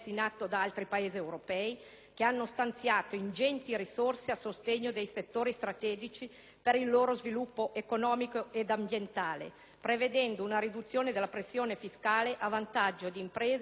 che hanno stanziato ingenti risorse a sostegno dei settori strategici per il loro sviluppo economico ed ambientale, prevedendo una riduzione della pressione fiscale a vantaggio delle imprese, dei lavoratori e delle famiglie.